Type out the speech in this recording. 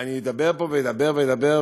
שאני אדבר פה ואדבר ואדבר,